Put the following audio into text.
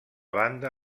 banda